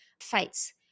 fights